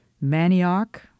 manioc